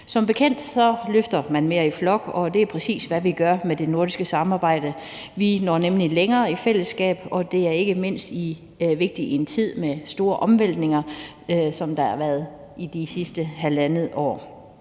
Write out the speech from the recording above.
Som bekendt løfter man mere i flok, og det er præcis, hvad vi gør med det nordiske samarbejde. Vi når nemlig længere i fællesskab, og det er ikke mindst vigtigt i en tid med store omvæltninger, som der har været i det sidste halvandet år.